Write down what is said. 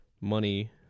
money